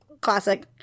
Classic